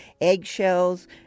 eggshells